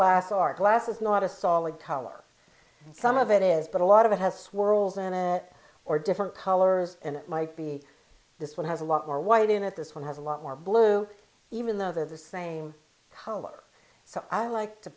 glass or glass is not a solid color some of it is but a lot of it has swirls in it or different colors and it might be this one has a lot more white in it this one has a lot more blue even though they're the same color so i like to